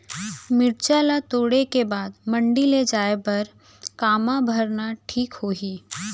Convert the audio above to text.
मिरचा ला तोड़े के बाद मंडी ले जाए बर का मा भरना ठीक होही?